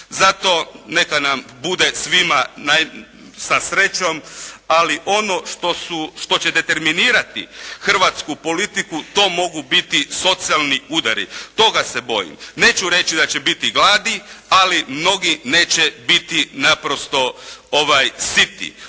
Zato neka nam bude svima sa srećom, ali ono što će determinirati hrvatsku politiku to mogu biti socijalni udari. Toga se bojim. Neću reći da će biti gladi, ali mnogi neće biti naprosto siti.